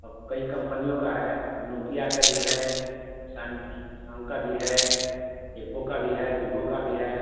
और कई कम्पनियों का है नोकिया का भी है सैम संग का भी है एप्पो का भी है वीवो का भी है